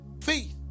faith